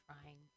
trying